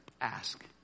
ask